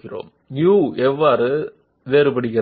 ఇది పారామెట్రిక్